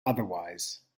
otherwise